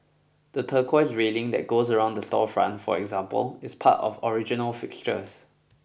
the turquoise railing that goes around the storefront for example is part of original fixtures